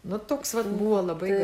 nu toks vat buvo labai